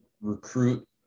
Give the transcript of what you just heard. recruit